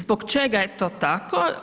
Zbog čega je to tako?